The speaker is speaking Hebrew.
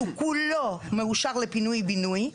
שהוא כולו מאושר לפינוי בינוי,